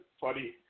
funny